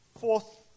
fourth